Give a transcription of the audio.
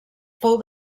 fou